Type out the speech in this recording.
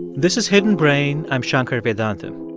this is hidden brain. i'm shankar vedantam.